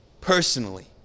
personally